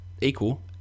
equal